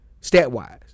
stat-wise